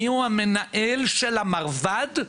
מיהו המנהל של המרב"ד,